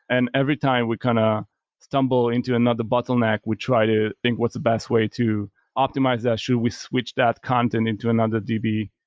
and every time we kind of stumble into another bottleneck, we try to think what's the best way to optimize that. should we switch that content into another db?